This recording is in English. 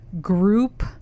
group –